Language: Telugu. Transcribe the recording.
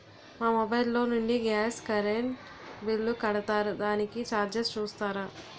మా మొబైల్ లో నుండి గాస్, కరెన్ బిల్ కడతారు దానికి చార్జెస్ చూస్తారా?